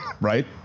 Right